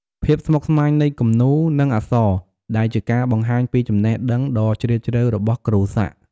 ភាពស្មុគស្មាញនៃគំនូរ និងអក្សរ គឺជាការបង្ហាញពីចំណេះដឹងដ៏ជ្រាលជ្រៅរបស់គ្រូសាក់។